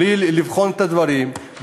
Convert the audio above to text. בלי לבחון את הדברים,